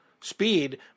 speed